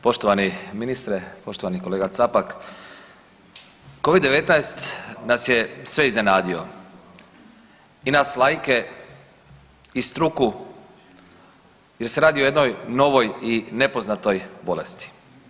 Poštovani ministre, poštovani kolega Capak, Covid-19 nas je sve iznenadio i nas laike i struku jer se radi o jednoj novoj i nepoznatoj bolesti.